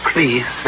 Please